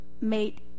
made